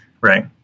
Right